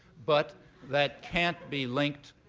but that can't be linked,